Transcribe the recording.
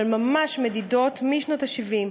אבל ממש מדידות, משנות ה-70.